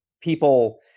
people